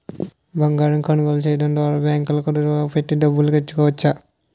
బంగారం కొనుగోలు చేయడం ద్వారా బ్యాంకుల్లో కుదువ పెట్టి డబ్బులు తెచ్చుకోవచ్చు